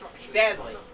Sadly